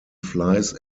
flies